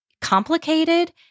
complicated